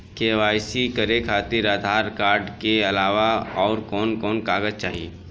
KYC करे खातिर Aadhaar card के अलावा आउरकवन कवन कागज चाहीं?